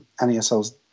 NESL's